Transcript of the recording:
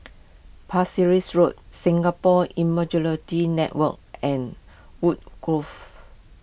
Pasir Ris Road Singapore Immunology Network and Woodgrove